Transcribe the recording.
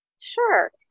Sure